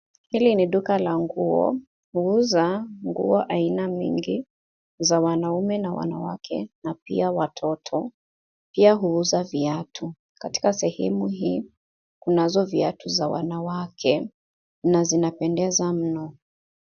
Hili ni duka la nguo. Huuza nguo aina mingi za wanawake na wanaume, na pia watoto. Pia huuza viatu. Katika sehemu hii kunazo viatu za wanawake na zinapendeza mno.